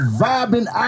vibing